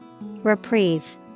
Reprieve